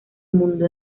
mundo